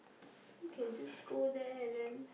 so can just go there and then